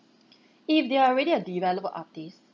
if they are really a developed artist